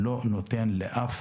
לא ניתן לאף